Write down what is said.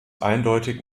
eindeutig